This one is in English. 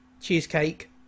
Cheesecake